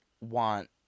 want